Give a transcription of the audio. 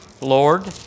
Lord